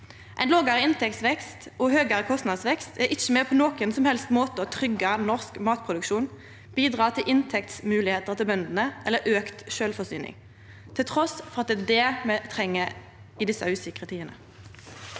Ein lågare inntektsvekst og høgare kostnadsvekst er ikkje på nokon som helst måte med på å tryggje norsk matproduksjon eller bidra til inntektsmoglegheiter til bøndene eller auka sjølvforsyning, trass i at det er det me treng i desse usikre tidene.